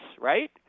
right